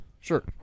Sure